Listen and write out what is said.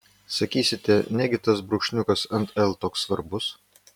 sakysite negi tas brūkšniukas ant l toks svarbus